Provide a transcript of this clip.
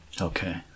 Okay